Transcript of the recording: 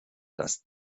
dass